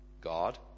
God